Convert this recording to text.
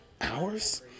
hours